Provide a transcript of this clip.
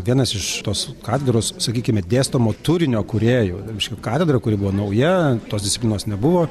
vienas iš tos katedros sakykime dėstomo turinio kūrėjų šiaip katedrą kuri buvo nauja tos disciplinos nebuvo